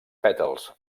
pètals